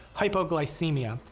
hypoglycemia,